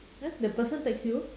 !huh! the person text you